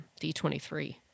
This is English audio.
D23